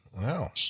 Wow